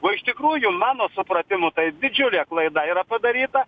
o iš tikrųjų mano supratimu tai didžiulė klaida yra padaryta